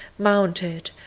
mounted,